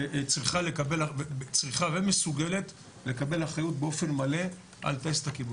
צריכה ומסוגלת לקבל אחריות באופן מלא על טייסת הכיבוי.